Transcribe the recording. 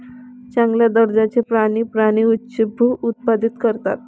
चांगल्या दर्जाचे प्राणी प्राणी उच्चभ्रू उत्पादित करतात